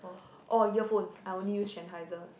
oh earphones I only use Sennheiser